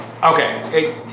Okay